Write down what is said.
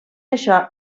això